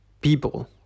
people